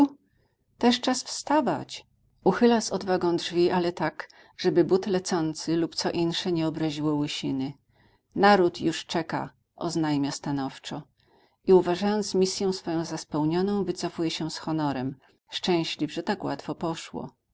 też czas wstawać uchyla z odwagą drzwi ale tak żeby but lecący lub co insze nie obraziło łysiny naród już czeka oznajmia stanowczo i uważając misję swoją za spełnioną wycofuje się z honorem szczęśliw że tak łatwo poszło